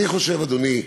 אני חושב, אדוני,